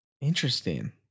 Interesting